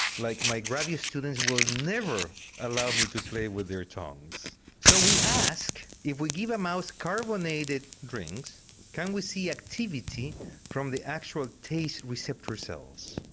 like my graduate students will never allow me to play with their tongues so we ask if we give a mouse carbonated drinks can we see activity from the actual taste receptor cells?